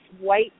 white